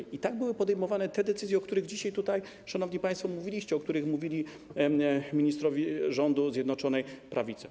I tak były podejmowane te decyzje, o których dzisiaj tutaj, szanowni państwo, mówiliście, o których mówili ministrowie rządu Zjednoczonej Prawicy.